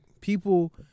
people